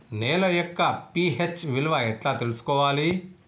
నేల యొక్క పి.హెచ్ విలువ ఎట్లా తెలుసుకోవాలి?